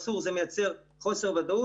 אסור, זה מייצר חוסר ודאות